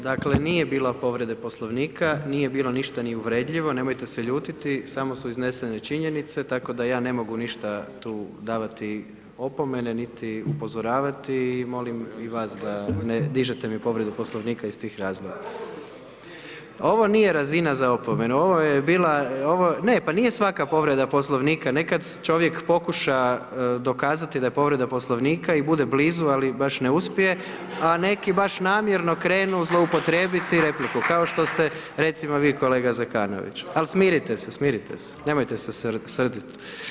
Dakle nije bilo povrede Poslovnika, nije bilo ništa ni uvredljivo, nemojte se ljutiti samo su iznesene činjenice tako da ja ne mogu ništa tu davati opomene niti upozoravati i molim i vas da ne dižete mi povredu Poslovnika iz tih razloga. ... [[Upadica se ne čuje.]] Ovo nije razina za opomenu, ovo je bila, ovo, …... [[Upadica se ne čuje.]] Ne, pa nije svaka povreda Poslovnika, nekad čovjek pokuša dokazati da je povreda Poslovnika i bude blizu ali baš ne uspije a neki baš namjerno krenuo zloupotrijebiti repliku, kao što ste recimo vi kolega Zekanović, ali smirite se, smirite se, nemojte se srditi.